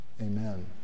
amen